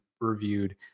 reviewed